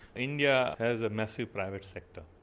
india has a massive private sector,